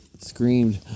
screamed